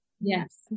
Yes